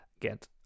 get